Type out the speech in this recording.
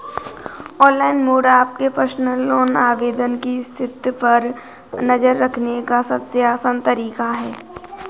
online mode आपके personal loan आवेदन की स्थिति पर नज़र रखने का सबसे आसान तरीका है